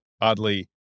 oddly